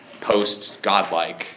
post-godlike